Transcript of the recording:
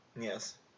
Yes